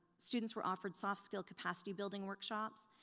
students were offered soft skill capacity building workshops.